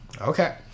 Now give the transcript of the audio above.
Okay